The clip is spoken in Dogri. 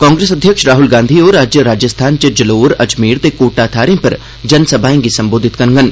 कांग्रेस अध्यक्ष राहुल गांधी होर अज्ज राजस्थान च जलोर अजमेर ते कोटा थाहरें पर जनसभाएं गी संबोधित करङन